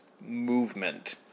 movement